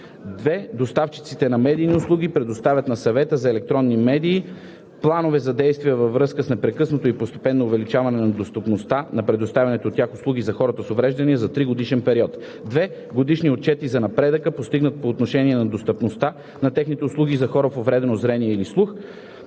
(2) Доставчиците на медийни услуги предоставят на Съвета за електронни медии: 1. планове за действие във връзка с непрекъснатото и постепенно увеличаване на достъпността на предоставяните от тях услуги за хората с увреждания за тригодишен период; 2. годишни отчети за напредъка, постигнат по отношение на достъпността на техните услуги за хора с увредено зрение или слух.